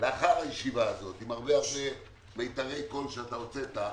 לאחר הישיבה הזאת עם הרבה מיתרי קול שאתה הוצאת,